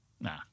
Nah